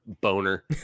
Boner